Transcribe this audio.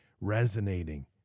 resonating